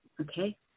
okay